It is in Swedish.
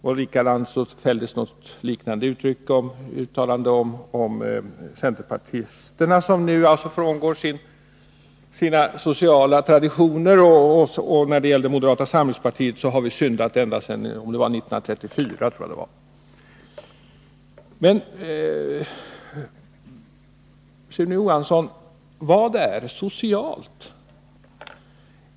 Ett liknande uttalande gjordes också om centerpartisterna, som nu skulle frångå sina sociala traditioner. Och när det gäller moderata samlingspartiet så har vi syndat ända sedan — om jag minns rätt — 1934. Men, Sune Johansson, vad menas med socialt?